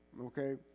Okay